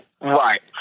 Right